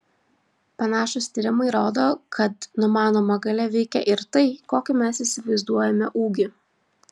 panašūs tyrimai rodo kad numanoma galia veikia ir tai kokį mes įsivaizduojame ūgį